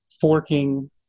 forking